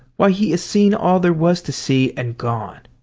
why he has seen all there was to see and gone.